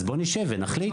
אז בוא נשב ונחליט.